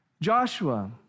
Joshua